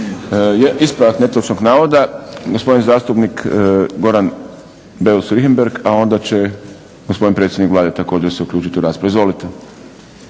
Ispravak netočnog navoda, gospodin zastupnik Goran Beus Richembergh, a onda će gospodin predsjednik Vlade također se uključiti u raspravu. Izvolite.